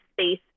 space